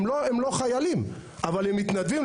הם לא חיילים אבל הם מתנדבים.